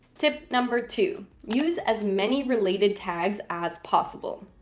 tip number two, use as many related tags as possible.